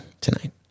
tonight